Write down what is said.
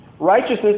Righteousness